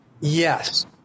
Yes